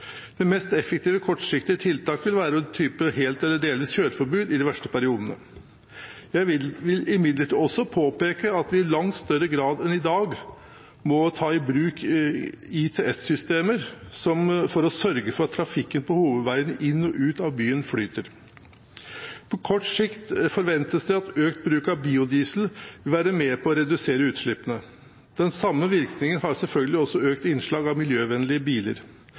Det mest effektive, kortsiktige tiltaket vil være av typen helt eller delvis kjøreforbud i de verste periodene. Jeg vil imidlertid også påpeke at vi i langt større grad enn i dag må ta i bruk ITS-systemer for å sørge for at trafikken på hovedveiene inn og ut av byen flyter. På kort sikt forventes det at økt bruk av biodiesel vil være med på å redusere utslippene. Den samme virkningen har selvfølgelig også økt innslag av miljøvennlige biler.